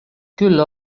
küll